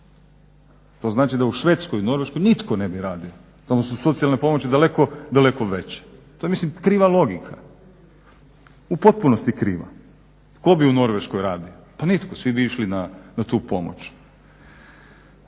To znači da u Švedskoj, Norveškoj nitko ne bi radio, tamo su socijalne pomoći daleko, daleko veće. To je mislim kriva logika, u potpunosti kriva. Tko bi u Norveškoj radio? Pa nitko, svi bi išli na tu pomoć.